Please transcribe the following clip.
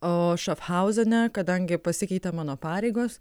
o šafhauzane kadangi pasikeitė mano pareigos